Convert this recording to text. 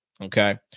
Okay